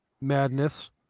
Madness